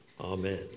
amen